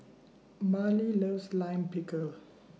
Mallie loves Lime Pickle